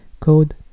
code